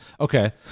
Okay